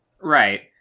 Right